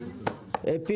שליטה